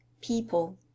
People